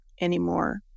anymore